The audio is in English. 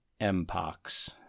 Mpox